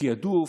תיעדוף,